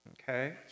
Okay